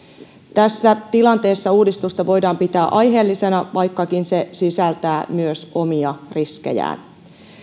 tässä tilanteessa uudistusta voidaan pitää aiheellisena vaikkakin se sisältää myös omia riskejään